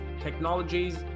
technologies